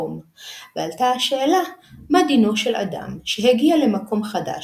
אינם צריכים לשנות את מנהגם; אך אם הם הגיעו בצורה נפרדת,